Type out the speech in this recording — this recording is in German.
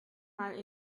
mal